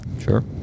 Sure